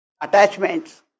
attachments